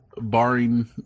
barring